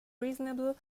reasonable